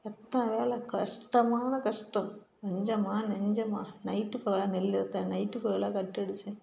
எத்தனை வேலை கஷ்டமான கஷ்டம் கொஞ்சமா நஞ்சமா நைட்டு பகலாக நெல் அறுத்தேன் நைட்டு பகலாக கட்டு அடித்தேன்